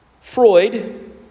Freud